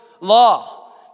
law